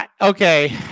Okay